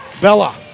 Bella